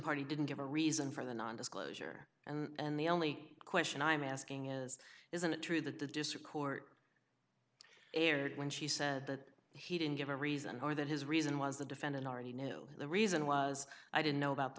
party didn't give a reason for the nondisclosure and the only question i'm asking is isn't it true that the district court erred when she said that he didn't give a reason or that his reason was the defendant or you know the reason was i didn't know about the